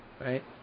right